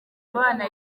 abana